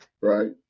right